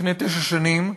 לפני תשע שנים,